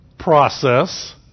process